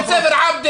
בית ספר עבדה?